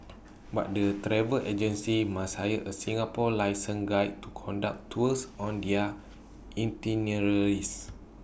but the travel agencies must hire A Singapore licensed guide to conduct tours on their itineraries